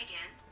again